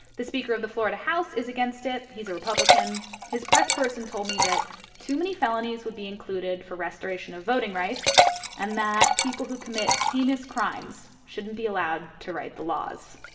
the speaker of the florida house is against it. he's a republican. his press person told me that too many felonies would be included for restoration of voting rights and that people who commit heinous crimes shouldn't be allowed to write the laws.